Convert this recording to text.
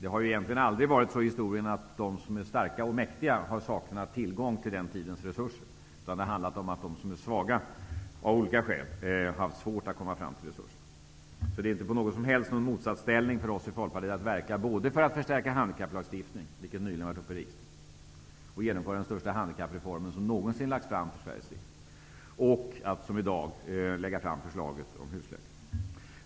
Det har ju egentligen aldrig varit så att de som är starka och mäktiga har saknat tillgång till sin tids resurser, utan det är de svaga som av olika skäl har haft svårt att komma fram till resurserna. Det är alltså inte på något sätt ett motsatsförhållande för oss i Folkpartiet att både verka för att förstärka handikapplagstiftningen, vilket skedde nyligen i och med att den största handikappreformen någonsin lades fram för Sveriges riksdag, och att som i dag lägga fram förslaget om husläkare.